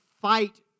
fight